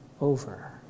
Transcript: over